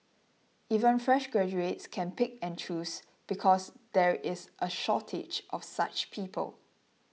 even fresh graduates can pick and choose because there is a shortage of such people